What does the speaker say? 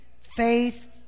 faith